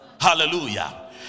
Hallelujah